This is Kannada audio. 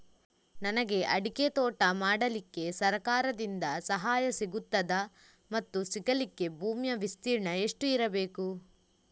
ನನಗೆ ಅಡಿಕೆ ತೋಟ ಮಾಡಲಿಕ್ಕೆ ಸರಕಾರದಿಂದ ಸಹಾಯ ಸಿಗುತ್ತದಾ ಮತ್ತು ಸಿಗಲಿಕ್ಕೆ ಭೂಮಿಯ ವಿಸ್ತೀರ್ಣ ಎಷ್ಟು ಇರಬೇಕು?